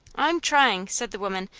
i'm trying, said the woman,